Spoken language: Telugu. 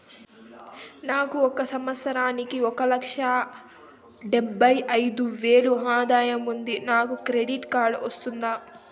నాకు ఒక సంవత్సరానికి ఒక లక్ష డెబ్బై అయిదు వేలు ఆదాయం ఉంది నాకు క్రెడిట్ కార్డు వస్తుందా?